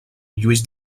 lluís